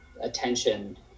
attention